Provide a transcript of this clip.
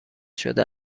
شده